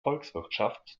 volkswirtschaft